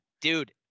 Dude